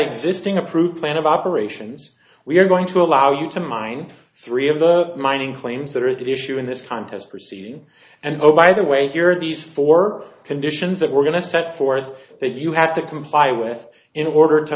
existing approved plan of operations we're going to allow you to mine three of the mining claims that are at issue in this contest proceeding and oh by the way here are these four conditions that we're going to set forth that you have to comply with in order to